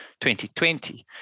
2020